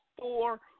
four